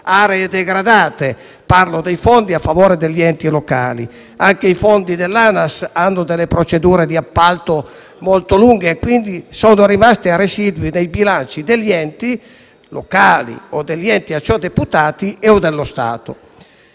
aree degradate; parlo dei fondi a favore degli enti locali. Anche i fondi dell'ANAS hanno delle procedure di appalto molto lunghe; quindi sono rimasti dei residui nei bilanci degli enti locali, degli enti a ciò deputati o dello Stato.